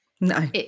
No